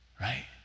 right